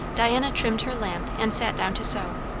diana trimmed her lamp and sat down to sew.